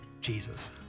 Jesus